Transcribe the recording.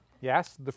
Yes